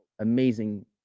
amazing